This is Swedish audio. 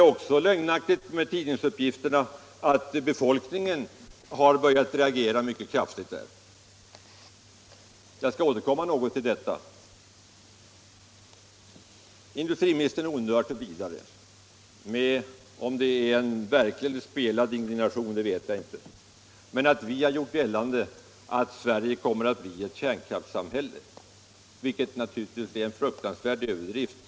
Och likaså är det lögnaktigt vad man kunnat läsa i tidningarna om att befolkningen har börjat reagera mycket kraftigt mot denna verksamhet i England. Jag skall återkomma något till detta. Vidare sade industriministern — och där vet jag inte om det var verklig eller spelad indignation — att centern har gjort gällande att Sverige kommer att bli ett kärnkraftssamhälle, vilket enligt industriministern är en fruktansvärd överdrift.